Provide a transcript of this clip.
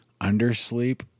undersleep